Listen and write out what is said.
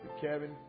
Kevin